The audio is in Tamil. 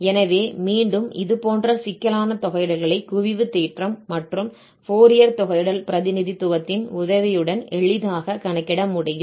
எனவே மீண்டும் இதுபோன்ற சிக்கலான தொகையிடல்களை குவிவு தேற்றம் மற்றும் ஃபோரியர் தொகையிடல் பிரதிநிதித்துவத்தின் உதவியுடன் எளிதாக கணக்கிட முடியும்